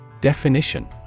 Definition